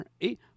et